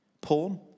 porn